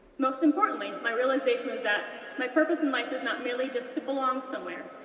most importantly, my realization was that my purpose in life is not merely just to belong somewhere,